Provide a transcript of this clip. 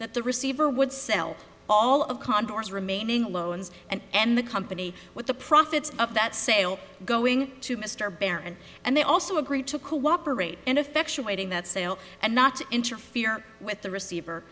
that the receiver would sell all of contours remaining loans and end the company with the profits of that sale going to mr baron and they also agreed to cooperate and effectuating that sale and not to interfere with the receiver